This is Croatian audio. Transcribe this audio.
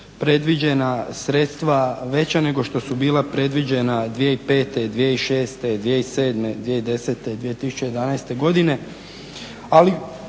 sredstva veća nego što su bila predviđena 2005., 2007., 2010., 2011.godine.